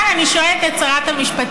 אבל אני שואלת את שרת המשפטים: